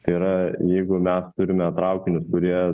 tai yra jeigu mes turime traukinius kurie